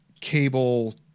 cable